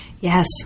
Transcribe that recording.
Yes